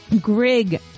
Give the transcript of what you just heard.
grig